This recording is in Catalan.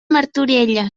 martorelles